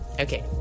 Okay